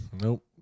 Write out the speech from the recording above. Nope